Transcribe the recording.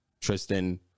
Tristan